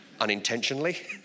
unintentionally